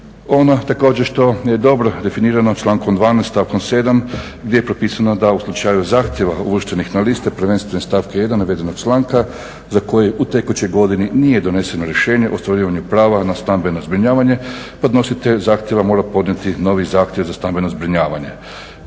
Ono također što je dobro definirano člankom 12., stavkom 7 gdje je propisano da u slučaju zahtjeva uvrštenih na liste, prvenstveno stavka 1 navedenog članka, za koji u tekućoj godini nije doneseno rješenje o ostvarivanju prava na stambeno zbrinjavanje, podnositelj zahtjeva mora podnijeti novi zahtjev za stambeno zbrinjavanje.